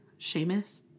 seamus